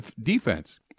defense